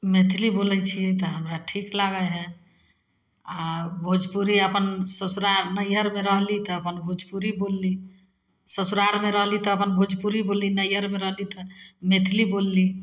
मैथिली बोलै छिए तऽ हमरा ठीक लागै हइ आओर भोजपुरी अपन ससुरार नैहरमे रहली तऽ अपन भोजपुरी बोलली ससुरारमे रहली तऽ अपन भोजपुरी बोलली नैहरमे रहली तऽ मैथिली बोलली